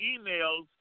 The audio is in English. emails